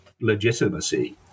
legitimacy